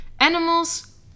animals